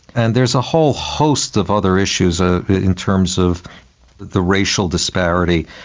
and there's a whole host of other issues ah in terms of the racial disparity.